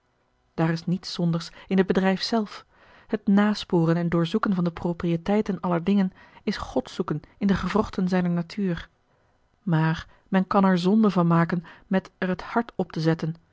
daar is niets zondigs in het bedrijf zelf het nasporen en doorzoeken van de proprieteiten aller dingen is god zoeken in de gewrochten zijner natuur maar men kan er zonde van maken met er het hart op te zetten